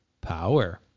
power